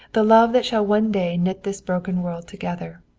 the love that shall one day knit this broken world together.